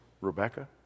Rebecca